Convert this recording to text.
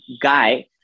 guy